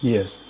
Yes